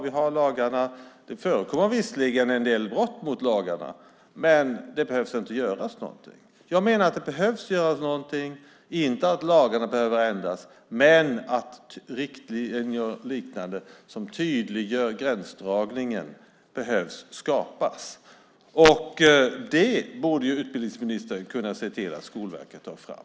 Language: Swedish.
Vi har lagarna. Det förekommer visserligen en del brott mot lagarna, men det behöver inte göras någonting. Jag menar att det behöver göras någonting. Jag menar inte att lagarna behöver ändras, men riktlinjer och liknande som tydliggör gränsdragningen behöver skapas. Det borde utbildningsministern kunna se till att Skolverket tar fram.